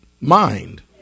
mind